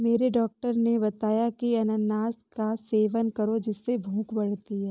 मेरे डॉक्टर ने बताया की अनानास का सेवन करो जिससे भूख बढ़ती है